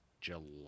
July